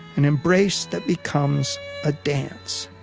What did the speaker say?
an embrace that becomes a dance,